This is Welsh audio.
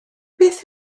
beth